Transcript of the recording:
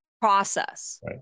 process